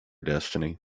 destiny